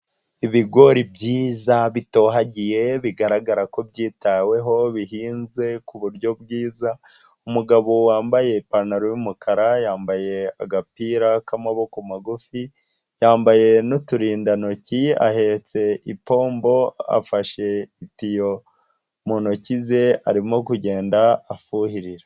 Ibigori byiza bitohagiye bigaragara ko byitaweho bihinze ku buryo bwiza, umugabo wambaye ipantaro y'umukara yambaye agapira k'amaboko magufi, yambaye n'uturindantoki ahetse ipombo afashe itiyo mu ntoki ze arimo kugenda afuhirira.